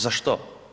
Za što?